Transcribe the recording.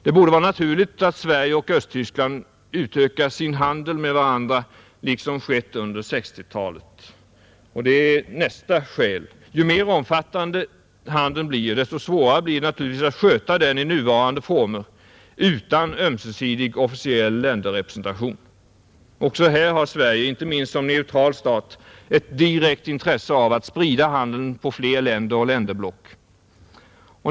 Det borde vara naturligt att Sverige och Östtyskland ökar sin handel med varandra liksom skett under 1960-talet. Och det är nästa skäl. Ju mer omfattande handeln blir, desto svårare är det naturligtvis att sköta den i nuvarande former utan ömsesidig officiell länderrepresentation. Också här har Sverige — inte minst som neutral stat — ett direkt intresse av att sprida handeln på fler länder och länderblock.